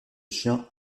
chien